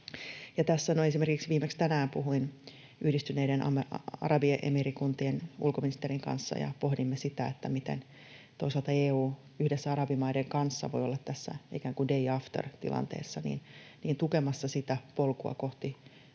viimeksi tänään puhuin Yhdistyneiden arabiemiirikuntien ulkoministerin kanssa, ja pohdimme sitä, miten toisaalta EU yhdessä arabimaiden kanssa voi olla tässä ikään kuin day after ‑tilanteessa tukemassa sitä polkua kohti